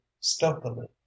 stealthily